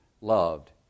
loved